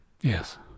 Yes